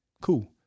Cool